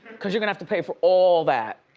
cause you're gonna have to pay for all that.